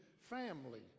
family